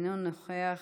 אינו נוכח,